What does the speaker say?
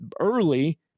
early